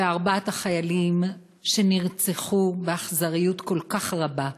ארבעת החיילים שנרצחו באכזריות כל כך רבה.